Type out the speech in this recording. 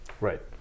right